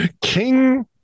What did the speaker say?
King